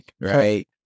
right